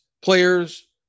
players